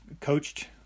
coached